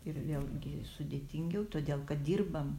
ir vėlgi sudėtingiau todėl kad dirbam